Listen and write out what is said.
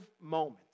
moment